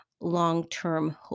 long-term